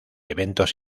eventos